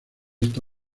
esta